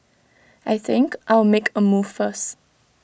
I think I'll make A move first